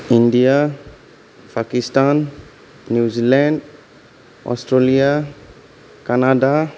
India Pakistan New Zealand Australia Canada